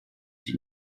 die